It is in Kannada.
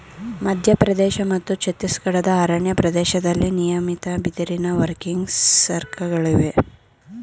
ಮಧ್ಯಪ್ರದೇಶ ಮತ್ತು ಛತ್ತೀಸ್ಗಢದ ಅರಣ್ಯ ಪ್ರದೇಶ್ದಲ್ಲಿ ನಿಯಮಿತ ಬಿದಿರಿನ ವರ್ಕಿಂಗ್ ಸರ್ಕಲ್ಗಳಯ್ತೆ